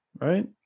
right